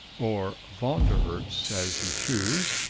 or von der herts, as you choose,